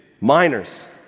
Minors